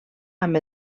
amb